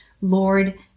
Lord